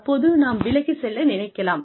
அப்போது நாம் விலகிச் செல்ல நினைக்கலாம்